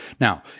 Now